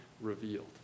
revealed